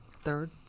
third